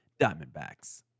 Diamondbacks